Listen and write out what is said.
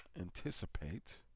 anticipate